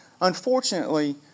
unfortunately